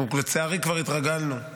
אנחנו לצערי, כבר התרגלנו.